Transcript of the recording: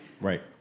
Right